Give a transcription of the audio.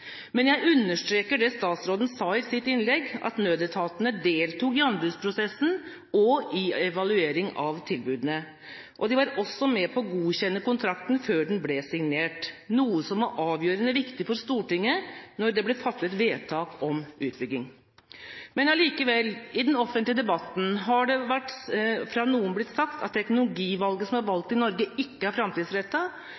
Men jeg understreker det statsråden sa i sitt innlegg, at nødetatene deltok i anbudsprosessen og i evalueringen av tilbudene, og de var også med på å godkjenne kontrakten før den ble signert, noe som var avgjørende viktig for Stortinget da det ble fattet vedtak om utbygging. Men allikevel, i den offentlige debatten har det fra noen blitt sagt at teknologien som er